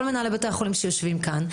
כל מנהלי בתי החולים שיושבים כאן,